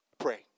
Pray